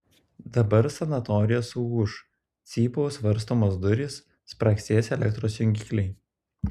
dabar sanatorija suūš cypaus varstomos durys spragsės elektros jungikliai